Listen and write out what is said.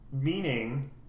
Meaning